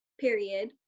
period